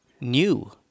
new